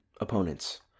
opponents